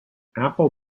apple